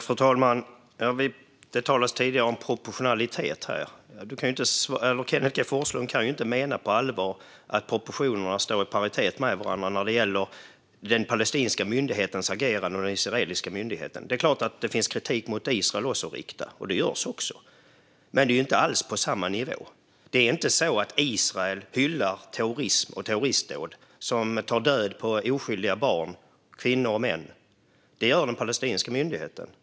Fru talman! Det talades tidigare här om proportionalitet. Kenneth G Forslund kan inte på allvar mena att proportionerna står i paritet med varandra när det gäller den palestinska myndighetens och den israeliska myndighetens agerande. Det är klart att det finns kritik att rikta mot Israel, och det framförs också. Men det är inte alls på samma nivå. Det är ju inte så att Israel hyllar terrorism och terroristdåd som dödar oskyldiga barn, kvinnor och män. Det gör den palestinska myndigheten.